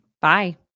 Bye